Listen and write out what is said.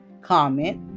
comment